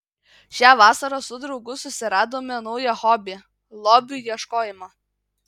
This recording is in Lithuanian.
šią vasarą su draugu susiradome naują hobį lobių ieškojimą